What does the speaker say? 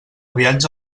viatge